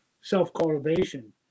self-cultivation